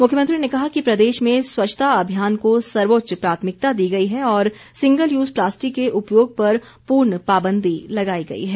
मुख्यमंत्री ने कहा कि प्रदेश में स्वच्छता अभियान को सर्वोच्च प्राथमिकता दी गई है और सिंगल यूज़ प्लास्टिक के उपयोग पर पूर्ण पाबंदी लगाई गई है